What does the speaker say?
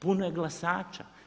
Puno je glasača.